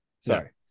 sorry